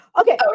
Okay